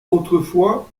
autrefois